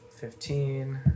Fifteen